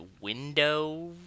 window